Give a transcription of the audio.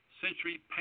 century